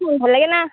ভাল লাগে না